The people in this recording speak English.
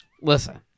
Listen